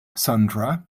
sandra